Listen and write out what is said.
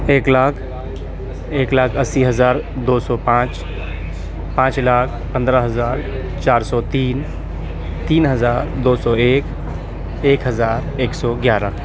ایک لاکھ ایک لاکھ اسی ہزار دو سو پانچ پانچ لاکھ پندرہ ہزار چار سو تین تین ہزار دو سو ایک ایک ہزار ایک سو گیارہ